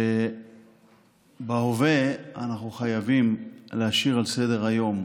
בהווה אנחנו חייבים להשאיר על סדר-היום,